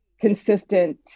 consistent